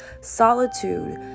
solitude